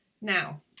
Now